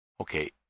Okay